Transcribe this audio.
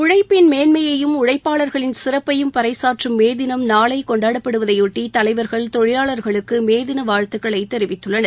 உழைப்பின் மேன்மையையும் உழைப்பாளர்களின் சிறப்பையும் பறைசாற்றும் மே தினம் நாளை கொண்டாடப்படுவதையொட்டி தலைவர்கள் தொழிலாளர்களுக்கு மே தின வாழ்த்துக்களை தெரிவித்துள்ளனர்